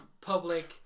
public